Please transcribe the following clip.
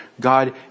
God